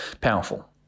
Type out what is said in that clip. Powerful